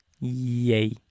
Yay